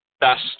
Best